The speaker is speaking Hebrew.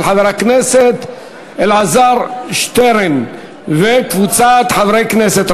של חבר הכנסת אלעזר שטרן וקבוצת חברי הכנסת.